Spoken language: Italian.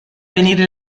venire